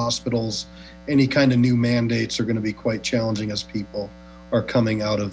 hospitals any kind of new mandates are going to be quite challenging as people are coming out of